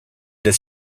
des